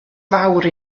fawr